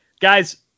guys